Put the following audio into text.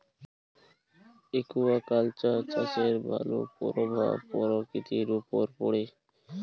aquaculture চাষের ভালো পরভাব পরকিতির উপরে পড়ে